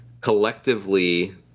collectively